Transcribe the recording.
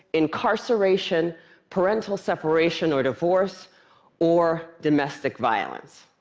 incarceration parental separation or divorce or domestic violence.